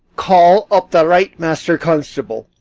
call up the right master constable.